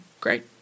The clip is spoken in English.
great